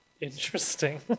Interesting